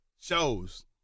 Shows